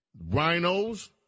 Rhinos